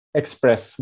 express